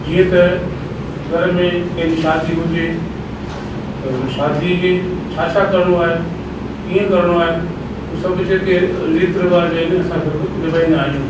जीअं त घर में कंहिंजी शादी हुजे त उन शादीअ जी छा छा करिणो आहे कीअं करिणो आहे उहो सभु जेके रीति रिवाज़ आहिनि असां सभु निभाईंदा आहियूं